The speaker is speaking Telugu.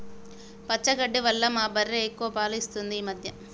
పచ్చగడ్డి వల్ల మా బర్రె ఎక్కువ పాలు ఇస్తుంది ఈ మధ్య